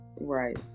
right